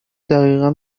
دقیقا